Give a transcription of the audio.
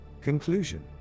Conclusion